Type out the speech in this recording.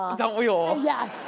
don't we all? yeah